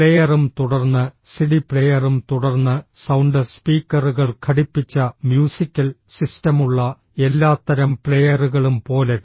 പ്ലെയറും തുടർന്ന് സിഡി പ്ലെയറും തുടർന്ന് സൌണ്ട് സ്പീക്കറുകൾ ഘടിപ്പിച്ച മ്യൂസിക്കൽ സിസ്റ്റമുള്ള എല്ലാത്തരം പ്ലെയറുകളും പോലെ